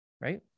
Right